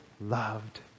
loved